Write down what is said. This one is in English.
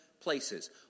places